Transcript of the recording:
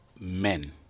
men